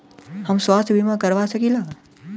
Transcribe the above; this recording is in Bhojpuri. हम स्वास्थ्य बीमा करवा सकी ला?